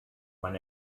man